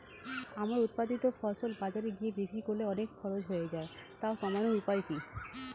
আমার উৎপাদিত ফসল বাজারে গিয়ে বিক্রি করলে অনেক খরচ হয়ে যায় তা কমানোর উপায় কি?